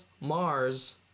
Mars